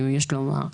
שוויוני, יש לומר.